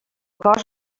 cos